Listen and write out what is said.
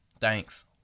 Thanks